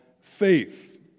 faith